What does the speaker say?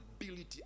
ability